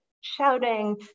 shouting